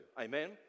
Amen